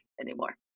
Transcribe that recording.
anymore